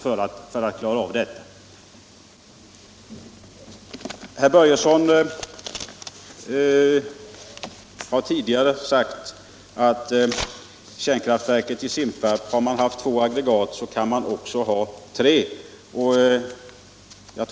Herr Börjesson har tidigare sagt beträffande kärnkraftverket i Simpevarp: Har man två aggregat kan man också ha tre.